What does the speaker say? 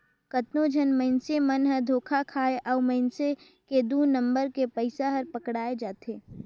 कतनो झन मइनसे मन हर धोखा खाथे अउ मइनसे के दु नंबर के पइसा हर पकड़ाए जाथे